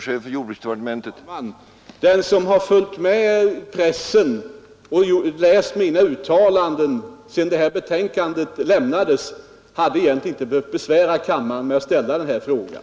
Herr talman! Den som har följt med pressen och läst mina uttalanden sedan detta betänkande lämnades hade egentligen inte behövt besvära kammaren med att ställa den här frågan.